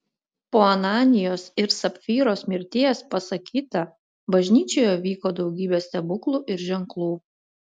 po ananijos ir sapfyros mirties pasakyta bažnyčioje vyko daugybė stebuklų ir ženklų